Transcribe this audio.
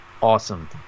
awesome